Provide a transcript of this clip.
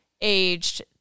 aged